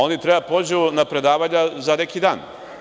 Oni treba da pođu na predavanja za neki dan.